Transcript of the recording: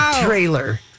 trailer